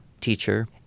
teacher